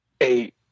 Eight